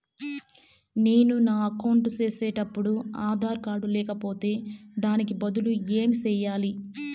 నేను నా అకౌంట్ సేసేటప్పుడు ఆధార్ కార్డు లేకపోతే దానికి బదులు ఏమి సెయ్యాలి?